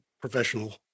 professional